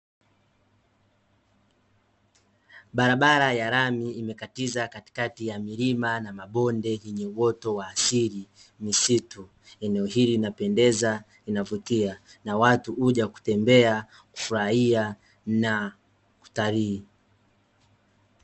Barabara ya lami imekatiza katikati ya milima na mabonde yenye uoto wa asili, misitu. Eneo hili linapendeza, linavutia; na watu huja kutembea, kufurahia na kutalii.